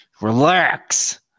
Relax